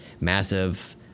massive